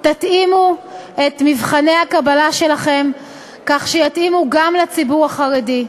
תתאימו את מבחני הקבלה שלכם כך שיתאימו גם לציבור החרדי.